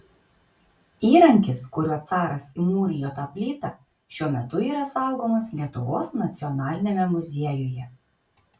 įrankis kuriuo caras įmūrijo tą plytą šiuo metu yra saugomas lietuvos nacionaliniame muziejuje